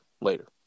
later